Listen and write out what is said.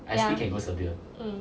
ya mm